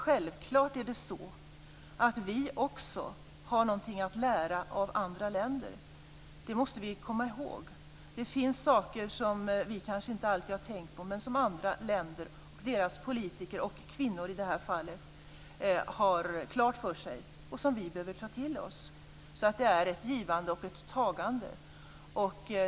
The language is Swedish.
Självklart har vi också någonting att lära av andra länder. Det måste vi komma ihåg. Det finns saker som vi kanske inte alltid har tänkt på men som andra länder och deras politiker, och kvinnor i det här fallet, har klart för sig och som vi behöver ta till oss. Så det är ett givande och ett tagande.